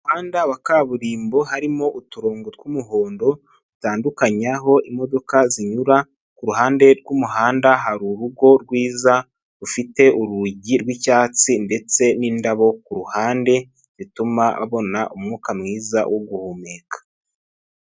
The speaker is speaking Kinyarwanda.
Umuhanda wa kaburimbo harimo uturongo tw'umuhondo, dutandukanya aho imodoka zinyura. Kuruhande rw'umuhanda hari urugo rwiza rufite urugi rw'icyatsi ndetse n'indabo kuruhande, zituma babona umwuka mwiza wo guhumeka.